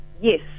Yes